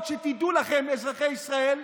הבחירות הישירה, שתדעו לכם, אזרחי ישראל,